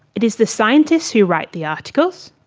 it is the scientists who write the articles,